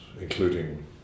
including